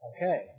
Okay